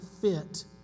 fit